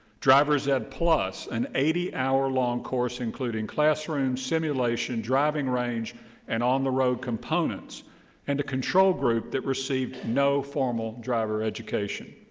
drivers ed plus, an eighty hour long course including classroom simulation, driving range and on the road components and a control group that received no formal driver education.